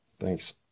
Thanks